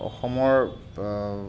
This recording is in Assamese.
অসমৰ